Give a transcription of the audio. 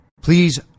Please